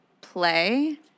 play